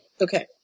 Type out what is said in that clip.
Okay